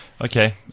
Okay